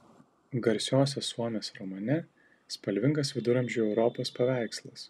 garsiosios suomės romane spalvingas viduramžių europos paveikslas